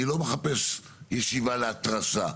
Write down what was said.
אני לא מחפש ישיבה להתרסה.